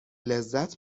لذت